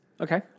Okay